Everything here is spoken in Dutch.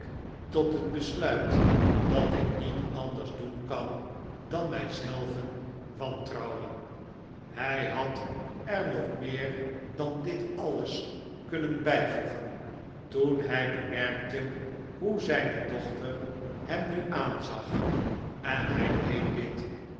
tot het besluit dat ik niet anders doen kan dan mij zelven wantrouwen hij had er nog meer dan dit alles kunnen bijvoegen toen hij bemerkte hoe zijne dochter hem nu aanzag en hij deed dit